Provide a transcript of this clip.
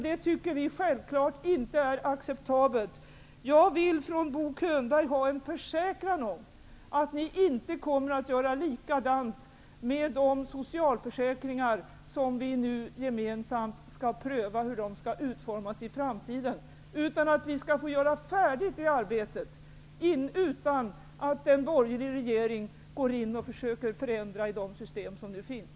Därför vill jag ha en försäkran från Bo Könberg om att ni inte kommer att göra likadant med de socialförsäkringar som vi nu gemensamt skall pröva utformningen av inför framtiden, utan att vi skall få göra färdigt det arbetet utan att den borgerliga regeringen går in och försöker att förändra i de system som nu finns.